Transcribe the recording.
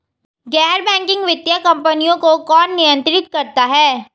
गैर बैंकिंग वित्तीय कंपनियों को कौन नियंत्रित करता है?